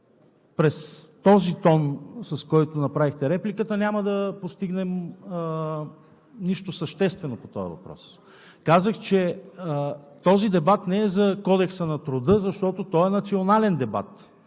през този тон, с който направихте репликата, няма да постигнем нищо съществено по този въпрос. Казах, че този дебат не е за Кодекса на труда, защото той е национален дебат.